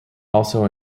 also